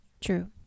True